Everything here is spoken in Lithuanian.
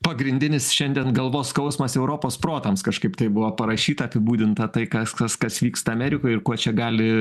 pagrindinis šiandien galvos skausmas europos protams kažkaip tai buvo parašyta apibūdinta tai kas kas kas vyksta amerikoj ir kuo čia gali